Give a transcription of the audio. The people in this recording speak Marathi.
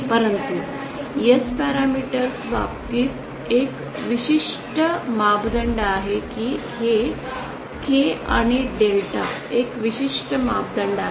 परंतु एस पॅरामीटर्सच्या बाबतीत एक विशिष्ट मापदंड आहे की हे के आणि डेल्टा एक विशिष्ट मापदंड आहे